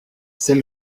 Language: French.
c’est